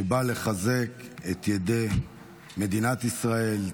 שבא לחזק את ידי מדינת ישראל,